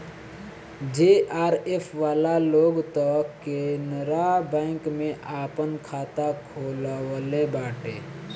JRF वाला लोग तअ केनरा बैंक में आपन खाता खोलववले बाटे